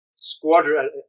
squadron